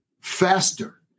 faster